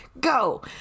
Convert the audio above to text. Go